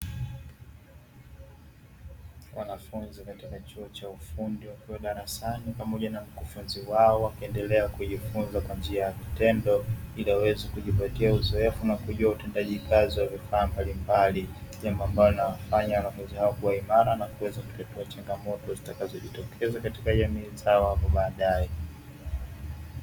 Wanafunzi katika chuo cha ufundi wakiwa darasani pamoja na mkufunzi wao wakiendelea kujifunza kwa njia ya vitendo ili waweze kujipatia uzoefu na kujua utendaji kazi wa vifaa mbalimbali, jambo ambalo linawafanya wanafunzi hao kuwa imara na kuweza kutatua changamoto zitakazojitokeza katika jamii zao apo baadae.